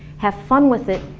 have fun with it,